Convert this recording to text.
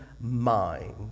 mind